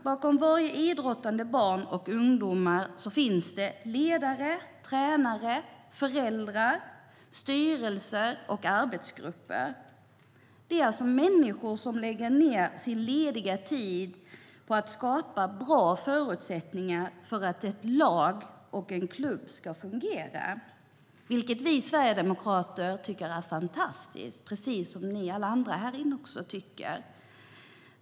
Bakom varje idrottande barn och ungdom finns det ledare, tränare, föräldrar, styrelser och arbetsgrupper. Det är människor som lägger ned sin lediga tid på att skapa bra förutsättningar för att ett lag och en klubb ska fungera, vilket vi sverigedemokrater tycker är fantastiskt, liksom alla ni andra här inne.